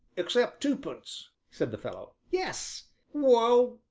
except twopence, said the fellow. yes well,